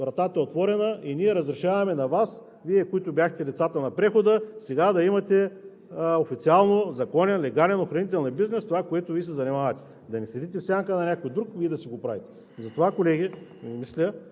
вратата е отворена и ние разрешаваме на Вас – Вие, които бяхте лицата на прехода, да имате официално законен, легален охранителен бизнес, това, с което Вие се занимавате – да не седите в сянка на някой друг, Вие да си го правите. Затова, колеги, мисля,